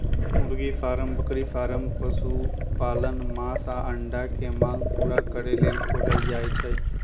मुर्गी फारम बकरी फारम पशुपालन मास आऽ अंडा के मांग पुरा करे लेल खोलल जाइ छइ